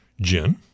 gin